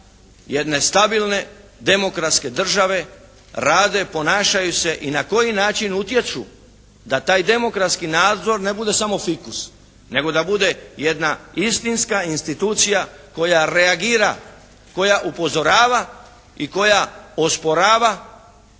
jedne stabilne demokratske države rade, ponašaju se i na koji način utječu da taj demokratski nadzor ne bude samo fikus nego da bude jedna istinska institucija koja reagira, koja upozorava i koja osporava